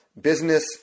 business